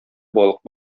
балык